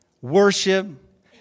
worship